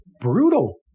brutal